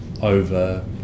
over